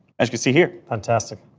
as we see here. fantastic.